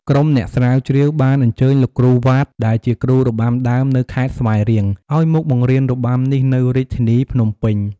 ក្រុមអ្នកស្រាវជ្រាវបានអញ្ជើញលោកគ្រូ វ៉ាត ដែលជាគ្រូរបាំដើមនៅខេត្តស្វាយរៀង ឱ្យមកបង្រៀនរបាំនេះនៅរាជធានីភ្នំពេញ។